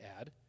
add